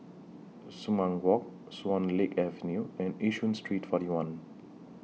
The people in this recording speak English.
Sumang Walk Swan Lake Avenue and Yishun Street forty one